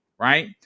Right